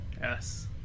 Yes